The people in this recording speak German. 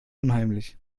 unheimlich